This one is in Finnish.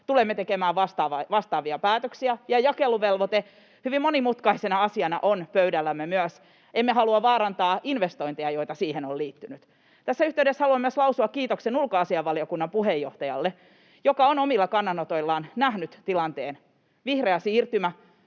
tulemme tekemään vastaavia päätöksiä, ja myös jakeluvelvoite hyvin monimutkaisena asiana on pöydällämme. Emme halua vaarantaa investointeja, joita siihen on liittynyt. Tässä yhteydessä haluan myös lausua kiitoksen ulkoasiainvaliokunnan puheenjohtajalle, joka on omilla kannanotoillaan nähnyt tilanteen: vihreä siirtymä